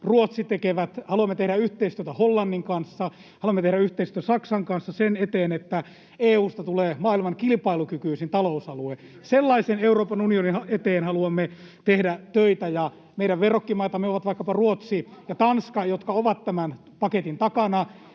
Ruotsi tekevät. Haluamme tehdä yhteistyötä Hollannin kanssa, haluamme tehdä yhteistyötä Saksan kanssa sen eteen, että EU:sta tulee maailman kilpailukykyisin talousalue. Sellaisen Euroopan unionin eteen haluamme tehdä töitä, ja meidän verrokkimaitamme ovat vaikkapa Ruotsi ja Tanska, jotka ovat tämän paketin takana,